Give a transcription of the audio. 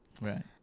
Right